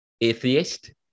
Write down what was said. atheist